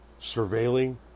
surveilling